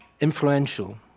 influential